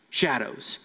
shadows